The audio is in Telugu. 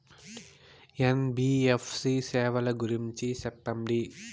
ఎన్.బి.ఎఫ్.సి సేవల గురించి సెప్పండి?